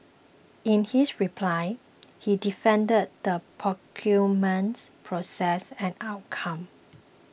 in his reply he defended the procurement process and outcome